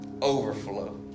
overflow